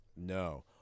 No